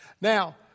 Now